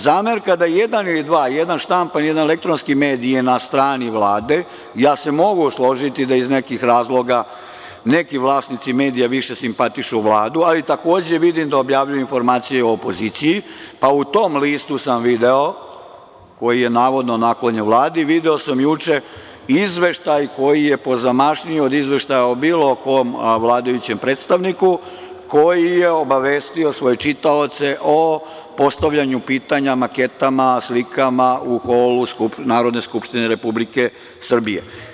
Zamerka da jedan ili dva, da jedan štampani, jedan elektronski medij je na strani Vlade, mogu se složiti da iz nekih razloga neki vlasnici medija više simpatišu Vladu, ali takođe vidim da objavljuju informacije o opoziciji, pa u tom listu sam video, koji je navodno naklonjen Vladi, juče sam video izveštaj koji je pozamašniji od izveštaja o bilo kom vladajućem predstavniku, koji je obavestio svoje čitaoce o postavljanju pitanja, maketama, slikama u holu Narodne skupštine Republike Srbije.